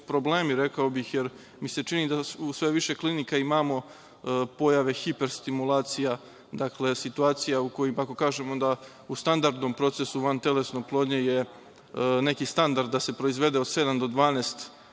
problemi, rekao bih, jer mi se čini da u sve više klinika imamo pojave hiperstimulacije, situacija, jer ako kažemo da u standardnom procesu vantelesne oplodnje, neki standard je da se proizvede od sedam do 12